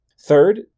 Third